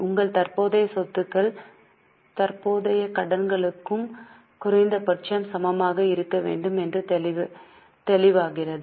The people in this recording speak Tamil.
உங்கள் தற்போதைய சொத்துக்கள் தற்போதைய கடன்களுக்கு குறைந்தபட்சம் சமமாக இருக்க வேண்டும் என்பது தெளிவாகிறது